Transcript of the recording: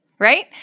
Right